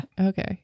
okay